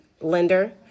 lender